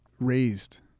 raised